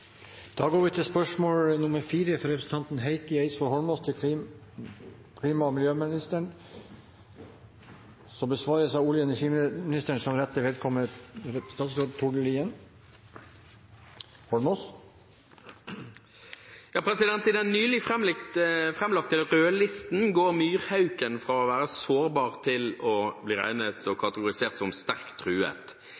Da går vi til spørsmål 4. Dette spørsmålet, fra representanten Heikki Eidsvoll Holmås til klima- og miljøministeren, er overført til olje- og energiministeren som rette vedkommende. «I den nylig framlagte rødlisten går myrhauken fra å være sårbar til